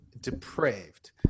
depraved